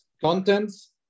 contents